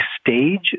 stage